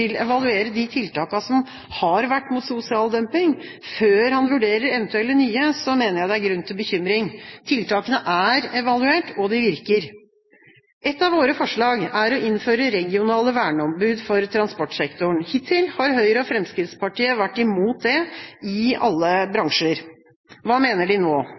evaluere de tiltakene som har vært mot sosial dumping, før han vurderer eventuelle nye, mener jeg det er grunn til bekymring. Tiltakene er evaluert, og de virker. Ett av våre forslag er å innføre regionale verneombud for transportsektoren. Hittil har Høyre og Fremskrittspartiet vært imot det i alle bransjer. Hva mener de nå?